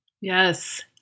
Yes